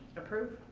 approve.